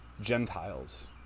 Gentiles